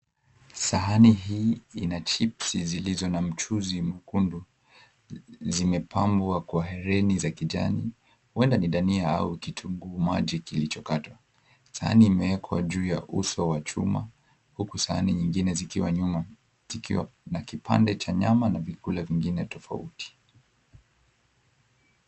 Sahani hii ina chipsi zilizo na mchuzi mwekundu zimepambwa kwa hereni za kijani, huenda ni dania au kitunguu maji kilichokatwa. Sahani imewekwa juu ya uso wa chuma, huku nyingine zikiwa nyuma, zikiwa na kipande cha nyama na vyakula vingine tofauti.